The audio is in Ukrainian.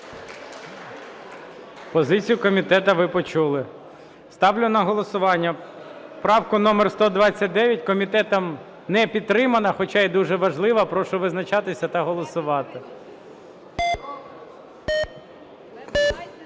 Позицію комітету ви почули. Ставлю на голосування правку номер 129. Комітетом не підтримана, хоча і дуже важлива. Прошу визначатися та голосувати.